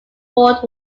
world